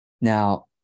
Now